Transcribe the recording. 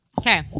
Okay